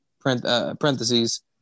parentheses